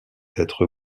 être